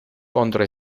contro